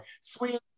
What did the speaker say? Sweet